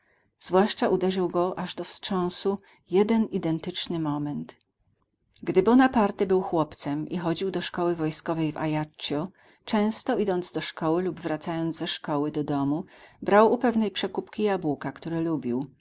zwłaszcza uderzył go aż do wstrząsu jeden identyczny moment gdy bonaparte był chłopcem i chodził do szkoły wojskowej w ajaccio często idąc do szkoły lub wracając ze szkoły do domu brał u pewnej przekupki jabłka które lubił